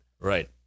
Right